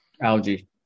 Algae